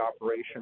operation